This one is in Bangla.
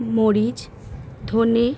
মরিচ ধনে